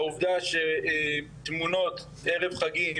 העובדה שתמונות ערב חגים,